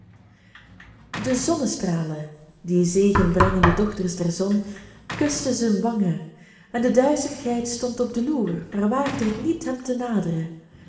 de zonnestralen die zegenbrengende dochters der zon kusten zijn wangen en de duizeligheid stond op de loer maar waagde het niet hem te naderen